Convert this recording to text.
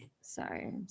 Sorry